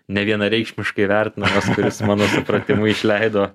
nevienareikšmiškai vertinamas kuris mano supratimu išleido